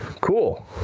cool